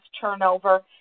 turnover